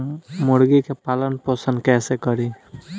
मुर्गी के पालन पोषण कैसे करी?